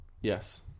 Yes